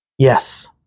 Yes